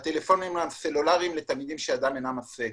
הטלפונים הסלולריים לילדים שידם אינה משגת.